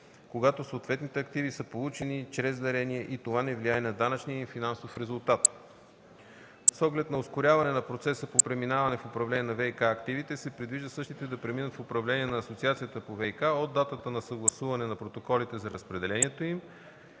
когато съответните активи са получени чрез дарение и това не влияе на данъчния им финансов резултат. С оглед ускоряване на процеса по преминаване в управление на ВиК активите се предвижда същите да преминат в управление на Асоциацията по ВиК от датата на съгласуване на протоколите за разпределението им,